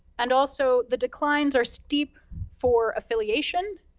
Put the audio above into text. and also, the declines are steep for affiliation,